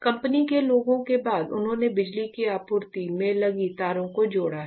company के लोगों के बाद उन्होंने बिजली की आपूर्ति में लगी तारों को जोड़ा है